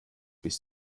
bis